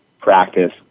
practice